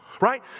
right